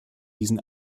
diesen